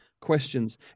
questions